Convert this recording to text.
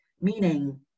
Meaning